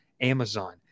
Amazon